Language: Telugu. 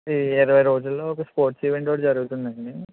ఇరవై రోజుల్లో ఒక స్పోర్ట్స్ ఈవెంట్ ఒకటి జరుగుతుంది అండి